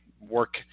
work